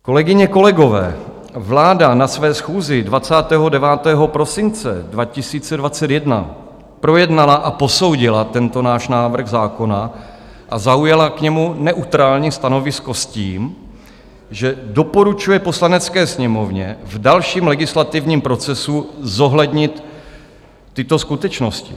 Kolegyně, kolegové, vláda na své schůzi 29. prosince 2021 projednala a posoudila tento náš návrh zákona a zaujala k němu neutrální stanovisko s tím, že doporučuje Poslanecké sněmovně v dalším legislativním procesu zohlednit tyto skutečnosti.